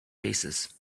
faces